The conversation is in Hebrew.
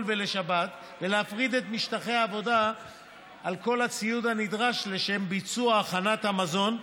ולשבת ולהפריד את משטחי העבודה על כל הציוד הנדרש לשם ביצוע הכנת המזון,